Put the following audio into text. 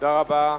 תודה רבה.